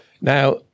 Now